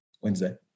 Wednesday